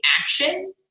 action